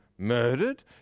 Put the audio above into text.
Murdered